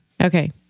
Okay